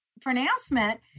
pronouncement